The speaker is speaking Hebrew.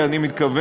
כי אני מתכוון